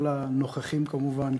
כל הנוכחים כמובן,